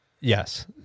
yes